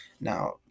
Now